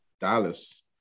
Dallas